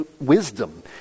wisdom